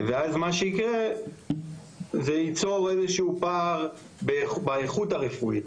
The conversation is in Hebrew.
ואז מה שיקרה זה ייצור איזה שהוא פער באיכות הרפואית